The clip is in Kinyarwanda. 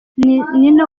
nina